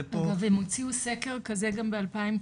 אגב, הוציאו סקר כזה, גם ב-2019,